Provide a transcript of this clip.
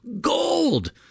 gold